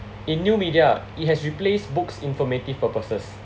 in new media it has replaced books informative purposes